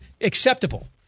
acceptable